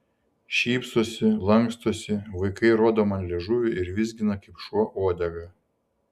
šypsosi lankstosi vaikai rodo man liežuvį ir vizgina kaip šuo uodegą